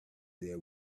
there